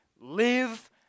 live